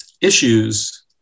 issues